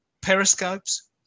periscopes